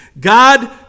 God